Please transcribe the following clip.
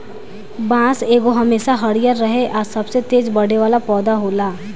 बांस एगो हमेशा हरियर रहे आ सबसे तेज बढ़े वाला पौधा होला